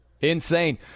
Insane